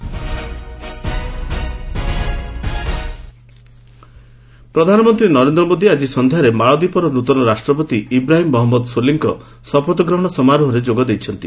PM ମାଳଦୀପ ପ୍ରଧାନମନ୍ତୀ ନରେନ୍ଦ୍ର ମୋଦି ଆଜି ସନ୍ଧ୍ୟାରେ ମାଳଦ୍ୱୀପର ନୃତନ ରାଷ୍ଟ୍ରପତି ଇବ୍ରାହିମ ମହଞ୍ଚମଦ ସୋଲିଙ୍କ ଶପଥଗ୍ରହଣ ସମାରୋହରେ ଯୋଗଦେଇଛନ୍ତି